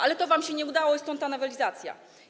Ale to wam się nie udało i stąd ta nowelizacja.